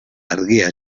argia